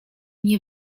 nie